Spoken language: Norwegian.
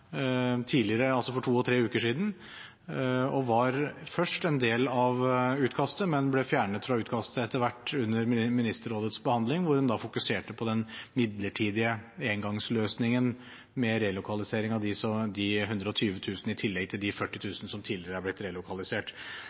tidligere – altså for to og tre uker siden – og var først en del av utkastet, men ble etter hvert fjernet fra utkastet under Ministerrådets behandling, hvor en fokuserte på den midlertidige engangsløsningen med relokalisering av de 120 000, i tillegg til de 40 000 som tidligere har blitt relokalisert.